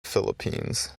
philippines